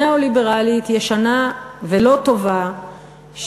ניאו-ליברלית ישנה ולא טובה,